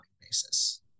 basis